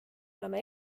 olema